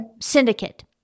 syndicate